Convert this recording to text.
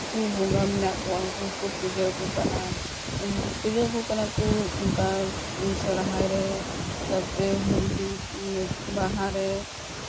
ᱩᱱᱠᱩ ᱵᱚᱸᱜᱟ ᱢᱮᱱᱟᱜ ᱠᱚᱣᱟ ᱩᱱᱠᱩ ᱦᱚᱸᱠᱚ ᱯᱩᱡᱟᱹ ᱟᱠᱚ ᱠᱟᱱᱟ ᱯᱩᱡᱟᱹ ᱟᱠᱚ ᱠᱟᱱᱟ ᱠᱚ ᱚᱱᱠᱟ ᱥᱚᱦᱨᱟᱭ ᱨᱮ ᱛᱟᱨᱯᱚᱨᱮ ᱦᱚᱞᱤ ᱵᱟᱦᱟᱨᱮ